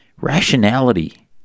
rationality